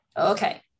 Okay